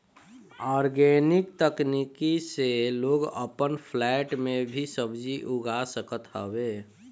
organic तकनीक से लोग अपन फ्लैट में भी सब्जी उगा सकत हवे